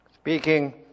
speaking